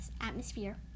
atmosphere